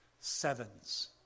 sevens